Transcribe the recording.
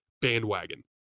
bandwagon